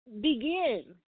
begin